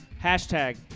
Hashtag